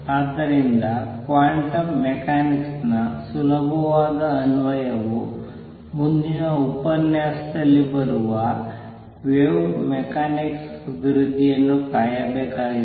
ಆದ್ದರಿಂದ quantum mechanics ನ ಸುಲಭವಾದ ಅನ್ವಯವು ಮುಂದಿನ ಉಪನ್ಯಾಸದಲ್ಲಿ ಬರುವ ವೇವ್ ಮೆಕ್ಯಾನಿಕ್ಸ್ ಅಭಿವೃದ್ಧಿಯನ್ನು ಕಾಯಬೇಕಾಗಿದೆ